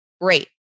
great